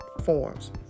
forms